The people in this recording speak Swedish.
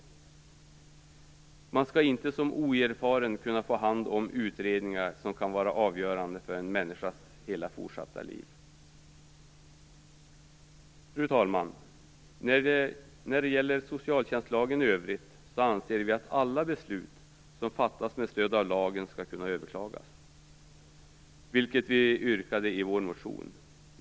Någon som är oerfaren skall inte kunna få hand om utredningar som kan vara avgörande för en människas hela fortsatta liv. Fru talman! När det gäller socialtjänstlagen i övrigt anser vi att alla beslut som fattas med stöd av lagen skall kunna överklagas, vilket vi yrkade i vår motion.